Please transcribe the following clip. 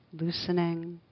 loosening